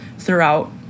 throughout